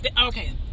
okay